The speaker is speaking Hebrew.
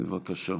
בבקשה.